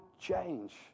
change